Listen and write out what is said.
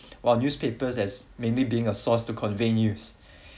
while newspapers has mainly being a source to convey news